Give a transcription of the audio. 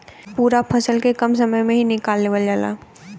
पूरा फसल के कम समय में ही निकाल लेवल जाला